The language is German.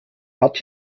hat